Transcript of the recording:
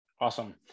Awesome